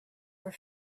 were